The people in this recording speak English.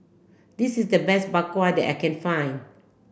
this is the best bak kwa that I can find